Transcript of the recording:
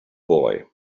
boy